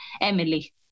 Emily